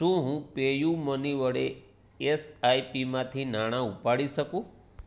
શું હું પેયુમની વડે એસ આઈ પી માંથી નાણા ઉપાડી શકું